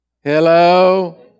Hello